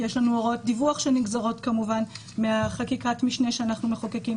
כי יש לנו הוראות דיווח שנגזרות כמובן מחקיקת המשנה שאנחנו מחוקקים,